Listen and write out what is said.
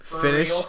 Finish